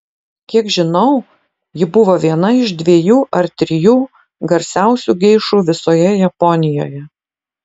kiek žinau ji buvo viena iš dviejų ar trijų garsiausių geišų visoje japonijoje